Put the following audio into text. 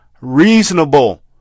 reasonable